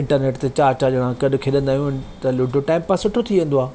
internet ते चारि चारि ॼणा गॾु खेॾंदा आहियूं त लूडो टाइम पास सुठो थी वेंदो आहे